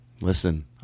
Listen